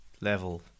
level